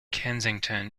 kensington